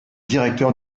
directeur